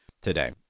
today